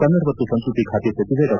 ಕನ್ನಡ ಮತ್ತು ಸಂಸ್ಟತಿ ಖಾತೆ ಸಚಿವೆ ಡಾ